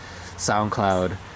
soundcloud